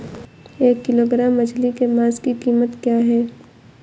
एक किलोग्राम मछली के मांस की कीमत क्या है?